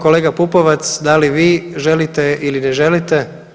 Kolega Pupovac da li vi želite ili ne želite?